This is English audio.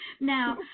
Now